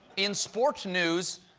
in sports news,